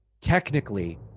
Technically